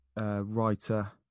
writer